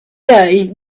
day